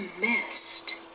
missed